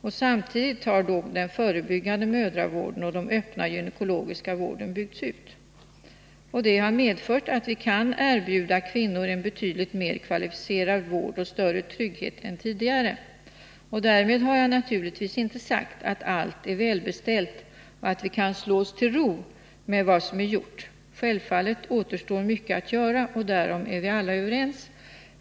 Samtidigt har den förebyggande mödravården och den öppna gynekologiska vården byggts ut. Detta har medfört att vi kan erbjuda kvinnor en betydligt mer kvalificerad vård och större trygghet än tidigare. Därmed har jag naturligtvis inte sagt att allt är välbeställt och att vi kan slå oss till ro med vad som är gjort. Självfallet återstår mycket att göra — därom är vi alla överens.